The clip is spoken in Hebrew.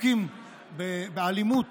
היותר-עסוקים באלימות